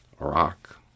Iraq